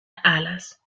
alas